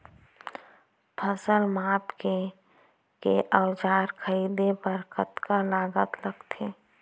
फसल मापके के औज़ार खरीदे बर कतका लागत लगथे?